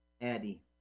Eddie